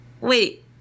Wait